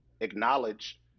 acknowledge